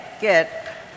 get